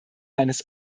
meines